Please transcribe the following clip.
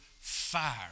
fire